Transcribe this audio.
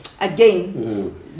again